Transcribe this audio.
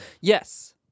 Yes